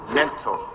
mental